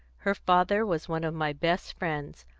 her father was one of my best friends.